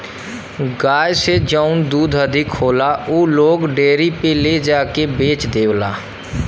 गाय से जौन दूध अधिक होला उ लोग डेयरी पे ले जाके के बेच देवला